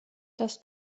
das